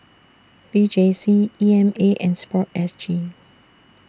V J C E M A and Sport S G